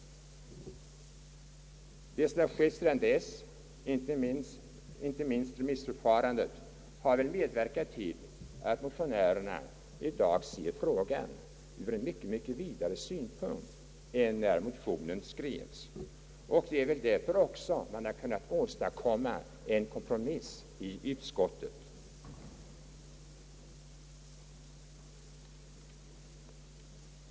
Det som skett sedan dess — inte minst remissförfarandet — har väl medverkat till att motionärerna i dag ser frågan ur mycket vidare synvinkel än när motionen skrevs, Det är väl också av den anledningen man har kunnat åstadkomma en kompromiss inom utskottet.